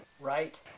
Right